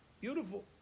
Beautiful